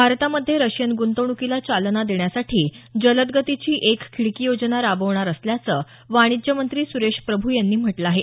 भारतामध्ये रशियन गुंतवणूकीला चालना देण्यासाठी जलद गतीची एक खिडकी योजना राबवणार असल्याचं वाणिज्य मंत्री सुरेश प्रभू यांनी म्हटलं आहे